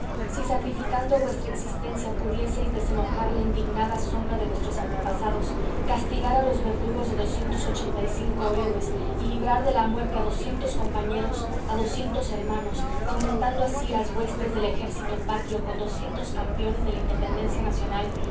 si sacrificando vuestra existencia pudieseis desenojar la indignada sombra de vuestros antepasados castigar a los verdugos de doscientos ochenta y cinco héroes y librar de la muerte a doscientos compañeros a doscientos hermanos aumentando así las huestes del ejército patrio con doscientos campeones de la independencia nacional